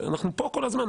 אנחנו פה כל הזמן,